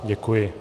Děkuji.